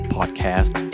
Podcast